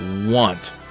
want